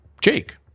jake